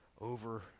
over